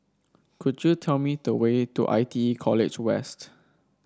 could you tell me the way to I T E College West